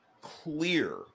clear